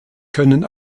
können